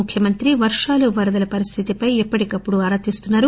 ముఖ్యమంత్రి కేసీఆర్ వర్షాలు వరదల పరిస్దితిపై ఎప్పటికప్పుడు ఆరా తీస్తున్నారు